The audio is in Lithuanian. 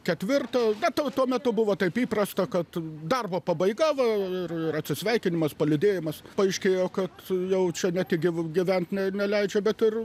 ketvirtą na tai tuo metu buvo taip įprasta kad darbo pabaiga va ir ir atsisveikinimas palydėjimas paaiškėjo kad jau čia ne tik giva gyvent ne neleidžia bet ir